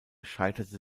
scheiterte